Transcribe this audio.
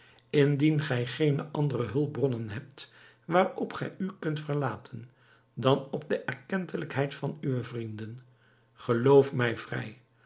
indien gij geene andere hulpbronnen hebt waarop gij u kunt verlaten dan op de erkentelijkheid van uwe vrienden geloof mij vrij